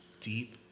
deep